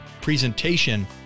presentation